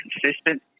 consistent